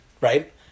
right